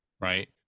right